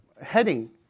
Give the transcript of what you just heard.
heading